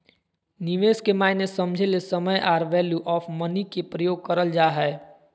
निवेश के मायने समझे ले समय आर वैल्यू ऑफ़ मनी के प्रयोग करल जा हय